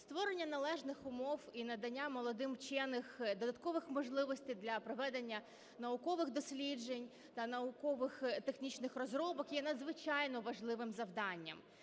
Створення належних умов і надання молодим вченим додаткових можливостей для проведення наукових досліджень та наукових технічних розробок є надзвичайно важливим завданням.